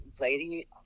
lady